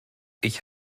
ich